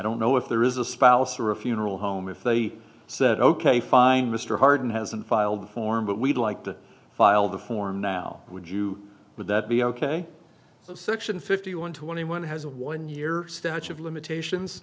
don't know if there is a spouse or a funeral home if they said ok fine mr harden hasn't filed the form but we'd like to file the form now would you would that be ok so section fifty one twenty one has a one year statue of limitations